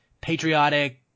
patriotic